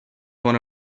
one